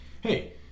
hey